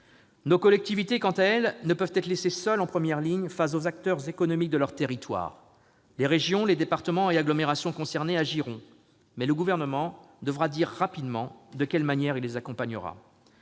Nos collectivités territoriales, quant à elles, ne peuvent être laissées seules en première ligne face aux acteurs économiques de leurs territoires. Les régions, départements et agglomérations concernés agiront, mais le Gouvernement devra dire rapidement de quelle manière il les accompagnera.